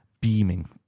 beaming